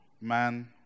Man